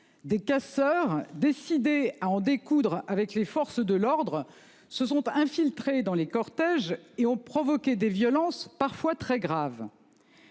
Des casseurs, décidé à en découdre avec les forces de l'ordre se sont infiltrés dans les cortèges et ont provoqué des violences parfois très graves.